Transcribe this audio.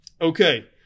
Okay